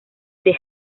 the